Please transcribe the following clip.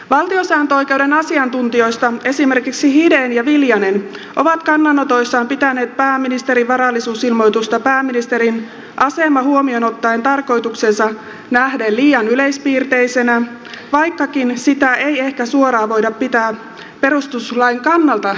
valtiosääntöoikeuden asiantuntijoista esimerkiksi hiden ja viljanen ovat kannanotoissaan pitäneet pääministerin varallisuusilmoitusta pääministerin asema huomioon ottaen tarkoitukseensa nähden liian yleispiirteisenä vaikkakaan sitä ei ehkä suoraan voida pitää perustuslain kannalta riittämättömänä